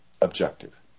objective